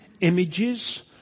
images